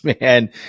man